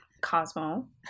Cosmo